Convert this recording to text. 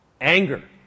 anger